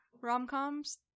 rom-coms